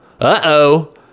Uh-oh